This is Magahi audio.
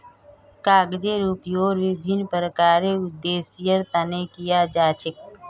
कागजेर उपयोग विभिन्न प्रकारेर उद्देश्येर तने कियाल जा छे